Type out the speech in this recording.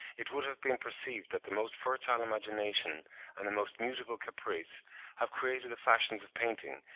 it would have been perceived that the most fertile imagination and the most mutable caprice have created the fashions of painting,